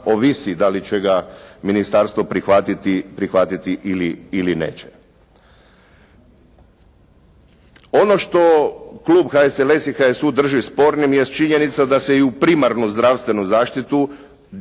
Ovisi da li će ga ministarstvo prihvatiti ili neće. Ono što klub HSLS-a i HSU-a drži spornim jest činjenica da se i u primarnu zdravstvenu zaštitu,